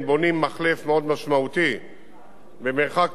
במרחק מסוים צפונית לצומת להבים, די קרוב,